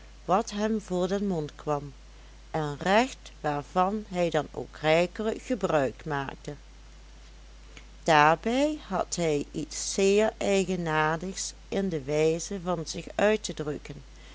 wat hem voor den mond kwam een recht waarvan hij dan ook rijkelijk gebruik maakte daarbij had hij iets zeer eigenaardigs in de wijze van zich uit te drukken